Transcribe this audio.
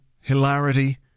hilarity